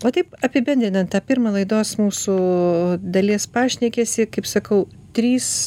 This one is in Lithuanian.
o taip apibendrinant tą pirmą laidos mūsų dalies pašnekesį kaip sakau trys